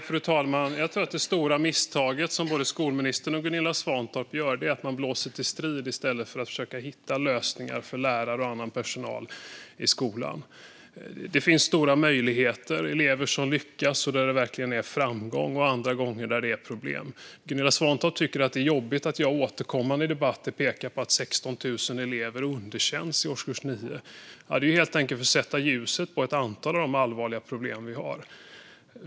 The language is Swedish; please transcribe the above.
Fru talman! Jag tror att det stora misstag som både skolministern och Gunilla Svantorp gör är att man blåser till strid i stället för att försöka hitta lösningar för lärare och annan personal i skolan. Det finns stora möjligheter - elever som lyckas och framgångar som nås - och andra gånger är det problem. Gunilla Svantorp tycker att det är jobbigt att jag återkommande i debatter pekar på att 16 000 elever underkänns i årskurs 9. Det är helt enkelt för att sätta ljuset på ett antal av de allvarliga problem vi har.